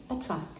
attract